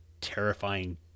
terrifying